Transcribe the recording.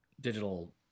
digital